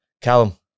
Callum